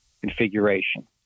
configuration